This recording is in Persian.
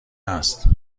است